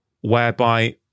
whereby